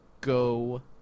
go